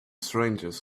strangest